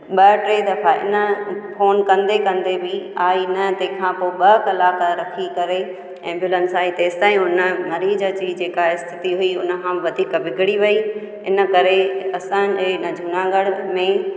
ॿ टे दफ़ा ईअं फोन कंदे कंदे बि आई न तंहिंखां पोइ ॿ कलाक रखी करे एंबुलंस आई तेसि ताईं हुन मरीज जी जेका स्थिती हुई हुन खां वधीक बिगड़ी वई इन करे असांजे इन जूनागढ़ में